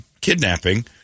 kidnapping